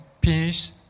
peace